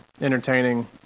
entertaining